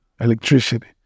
electricity